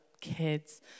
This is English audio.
kids